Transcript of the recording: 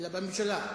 אלא בממשלה.